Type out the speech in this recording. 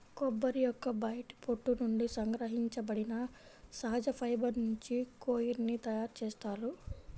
కొబ్బరి యొక్క బయటి పొట్టు నుండి సంగ్రహించబడిన సహజ ఫైబర్ నుంచి కోయిర్ ని తయారు చేస్తారు